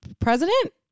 president